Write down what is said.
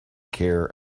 care